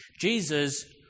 Jesus